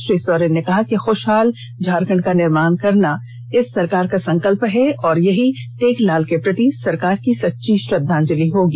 श्री सोरेन ने कहा कि खुषहाल झारखंड का निर्माण करना इस सरकार का संकल्प है और यही टेकलाल के प्रति सरकार की सेच्ची श्रद्धांजलि होगी